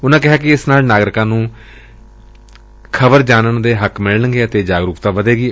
ਉਨੂਾ ਕਿਹਾ ਕਿ ਇਸ ਨਾਲ ਨਾਗਰਿਕਾਂ ਨੂੰ ਖ਼ਬਰ ਜਾਣਨ ਦੇ ਹੱਕ ਮਿਲਵਾਗੇ ਅਤੇ ਜਾਗਰੂਕਤਾ ਵਧੇਗੀ